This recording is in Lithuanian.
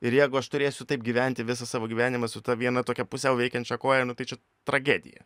ir jeigu aš turėsiu taip gyventi visą savo gyvenimą su ta viena tokia pusiau veikiančia koja nu tai čia tragedija